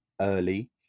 early